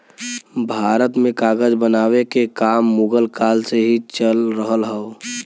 भारत में कागज बनावे के काम मुगल काल से ही चल रहल हौ